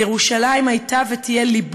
יואל רזבוזוב, יעקב